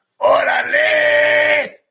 Orale